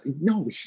No